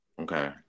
okay